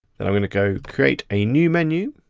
then i'm going to go create a new menu.